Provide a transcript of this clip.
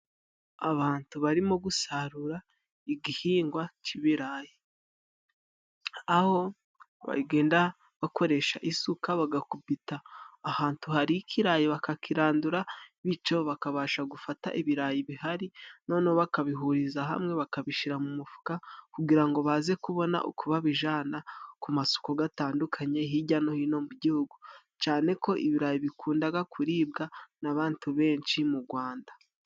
Abatu barimo gusarura igihingwa c'ibirayi. Aho bagenda bakoresha isuka bagakubita ahatu hari ikirayi bakakirandura, bityo bakabasha gufata ibirayi bihari noneho bakabihuriza hamwe bakabishyira mu mufuka, kugira ngo baze kubona uko babijana ku masoko gatandukanye hirya no hino mu Gihugu, cyane ko ibirayi bikundaga kuribwa n'abatu benshi mu Gwanda.